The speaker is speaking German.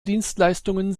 dienstleistungen